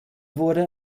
wurde